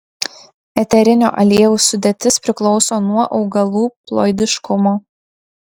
eterinio aliejaus sudėtis priklauso nuo augalų ploidiškumo